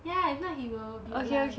ya if not he will be alive